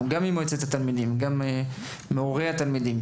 ממועצת התלמידים וגם מנציגת הורי התלמידים